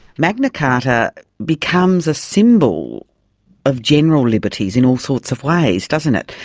magna carta becomes a symbol of general liberties in all sorts of ways, doesn't it.